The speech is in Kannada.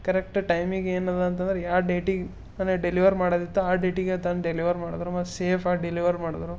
ಕರೆಕ್ಟ್ ಟೈಮಿಗೆ ಏನು ಅಂತಂದರೆ ಯಾವ ಡೇಟಿಗೆ ಅಂದರೆ ಡೆಲಿವರ್ ಮಾಡದಿತ್ತು ಆ ಡೇಟಿಗೆ ತಂದು ಡೆಲಿವರ್ ಮಾಡಿದ್ರು ಮತ್ತು ಸೇಫಾಗಿ ಡೆಲಿವರ್ ಮಾಡಿದ್ರು